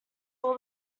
all